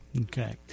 Okay